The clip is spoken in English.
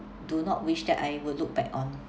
do not wish that I will look back on